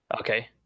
Okay